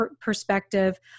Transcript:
perspective